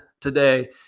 today